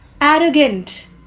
arrogant